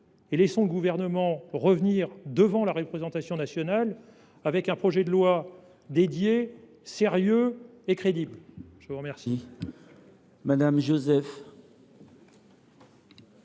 et laissons le Gouvernement revenir devant la représentation nationale avec un projet de loi dédié, sérieux et crédible. Très bien ! La parole